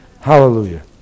Hallelujah